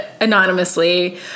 anonymously